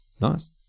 nice